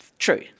True